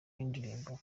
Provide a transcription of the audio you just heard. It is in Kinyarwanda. y’indirimbo